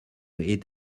eat